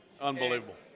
Unbelievable